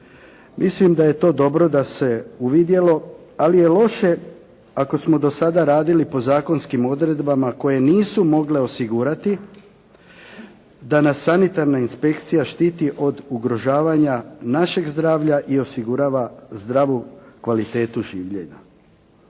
Mislim da je to dobro da se uvidjelo, ali je loše ako smo do sada radili po zakonskim odredbama koje nisu mogle osigurati da nas sanitarna inspekcija štiti od ugrožavanja našeg zdravlja i osigurava zdravu kvalitetu življenja.